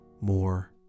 more